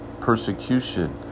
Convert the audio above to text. persecution